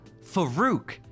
Farouk